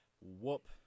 whoop